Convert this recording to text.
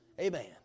Amen